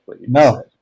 No